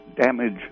damage